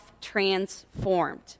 transformed